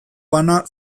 bana